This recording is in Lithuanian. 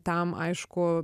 tam aišku